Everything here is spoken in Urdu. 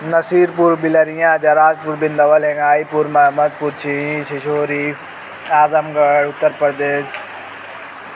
نصیر پور بلریا جیراجپور پور بندوولنگائی پور محمد پور چینی ششوری اعظم گڑھ اتر پردیش